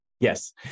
Yes